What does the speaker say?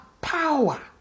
power